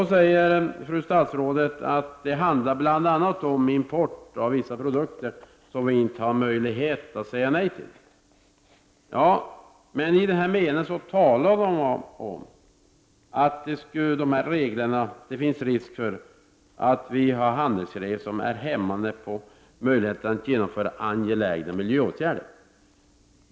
Då säger fru statsrådet att det handlar bl.a. om import av vissa produkter som vi inte har möjlighet att säga nej till. Ja, men i den här meningen talas det om att det finns risk för att vi har handelsregler som verkar hämmande på möjligheten att genomföra angelägna miljöåtgärder.